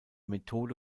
methode